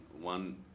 One